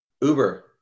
Uber